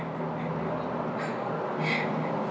<Z